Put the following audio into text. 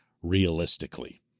realistically